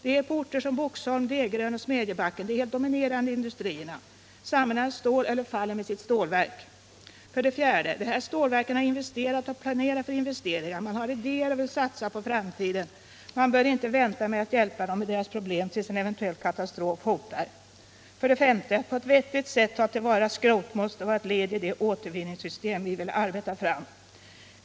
De är på orter som Boxholm, Degerön och Smedjebacken de helt dominerande industrierna. Samhällena står eller faller med sitt stålverk. 4. De här stålverken har investerat och planerar för investeringar, man har idéer och vill satsa på framtiden. Staten bör inte vänta med att hjälpa dem med deras problem tills en eventuell katastrof hotar. 5. Att på ett vettigt sätt ta till vara skrot måste bli ett led i det återvinningssystem vi vill arbeta fram.